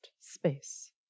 space